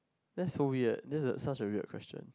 that so weird that a such a weird question